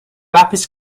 rapids